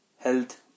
health